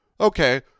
okay